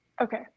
Okay